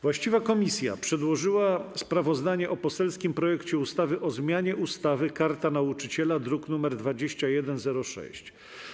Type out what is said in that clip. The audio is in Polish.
Właściwa Komisja przedłożyła sprawozdanie o poselskim projekcie ustawy o zmianie ustawy - Karta Nauczyciela, druk nr 2106.